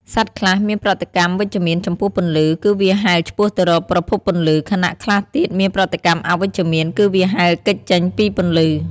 សត្វខ្លះមានប្រតិកម្មវិជ្ជមានចំពោះពន្លឺ គឺវាហែលឆ្ពោះទៅរកប្រភពពន្លឺ ខណៈខ្លះទៀតមានប្រតិកម្មអវិជ្ជមាន គឺវាហែលគេចចេញពីពន្លឺ។